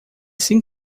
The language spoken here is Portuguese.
sem